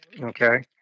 okay